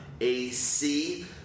A-C